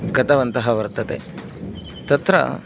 गतवन्तः वर्तते तत्र